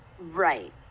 Right